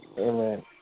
Amen